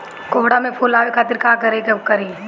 कोहड़ा में फुल आवे खातिर का करी?